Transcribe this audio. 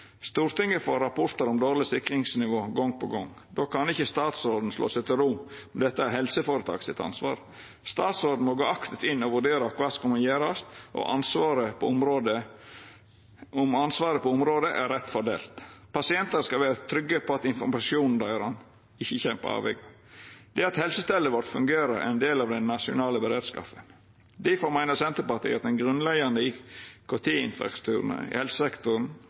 Stortinget får rapportar om dårleg sikringsnivå gong på gong. Då kan ikkje statsråden slå seg til ro med at dette er ansvaret til helseføretaket. Statsråden må gå aktivt inn og vurdera kva som skal gjerast, og om ansvaret på området er rett fordelt. Pasientar skal vera trygge på at informasjonen deira ikkje kjem på avvegar. Det at helsestellet vårt fungerer, er ein del av den nasjonale beredskapen. Difor meiner Senterpartiet at den grunnleggjande IKT-infrastrukturen i helsesektoren